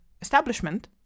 establishment